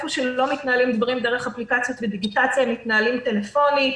איפה שלא מתנהלים דברים דרך אפליקציות ודיגיטציה הם מתנהלים טלפונית.